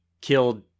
killed